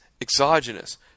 exogenous